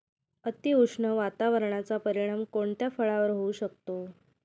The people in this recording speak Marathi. अतिउष्ण वातावरणाचा परिणाम कोणत्या फळावर होऊ शकतो?